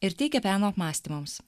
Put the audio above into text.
ir teikia peno apmąstymams